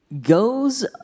Goes